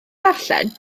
ddarllen